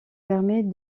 permet